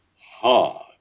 hard